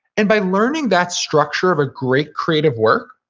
and by learning that structure of a great creative work,